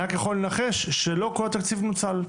אני רק יכול לנחש שלא כל התקציב נוצל,